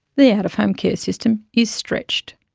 the out-of-home care system is stretched.